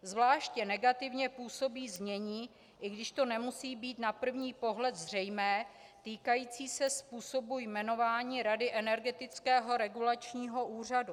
Zvláště negativně působí znění, i když to nemusí být na první pohled zřejmé, týkající se způsobu jmenování rady Energetického regulačního úřadu.